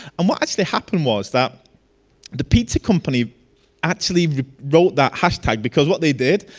um what actually happened was that the pizza company actually wrote that hashtag, because what they did.